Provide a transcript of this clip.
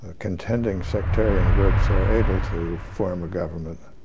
ah contending sectarian groups are able to form a government,